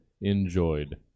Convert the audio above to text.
enjoyed